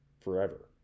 forever